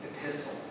epistle